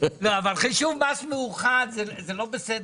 חישוב מס מאוחד זה לא בסדר.